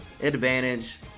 advantage